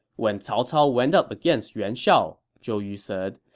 when cao cao went up against yuan shao, zhou yu said,